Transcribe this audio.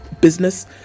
business